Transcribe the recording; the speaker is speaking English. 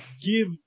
give